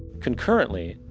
concurrently,